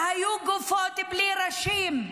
היו גופות בלי ראשים,